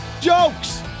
Jokes